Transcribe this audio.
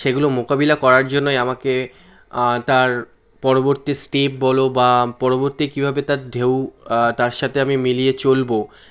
সেগুলো মোকাবিলা করার জন্যই আমাকে তার পরবর্তী স্টেপ বলো বা পরবর্তী কীভাবে তার ঢেউ তার সাথে আমি মিলিয়ে চলবো